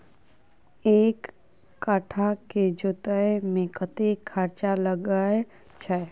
एक कट्ठा केँ जोतय मे कतेक खर्चा लागै छै?